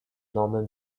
norman